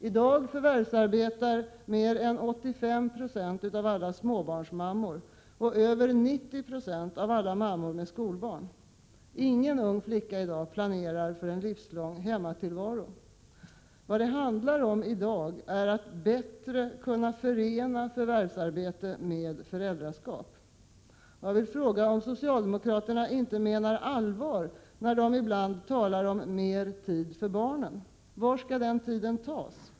I dag förvärvsarbetar mer än 85 96 av alla småbarnsmammor och över 90 96 av alla mammor med skolbarn. Ingen ung flicka planerar i dag för en livslång hemmatillvaro. Vad det handlar om i dag är att bättre kunna förena förvärvsarbete och föräldraskap. Menar socialdemokraterna inte allvar när de talar om ”mer tid för barnen”? Var skall den tiden tas?